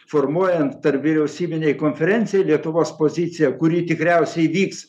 formuojant tarpvyriausybinei konferencijai lietuvos poziciją kuri tikriausiai įvyks